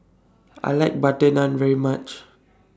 I like Butter Naan very much